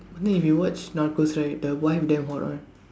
one day if you watch Narcos right the wife damn hot one